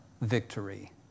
victory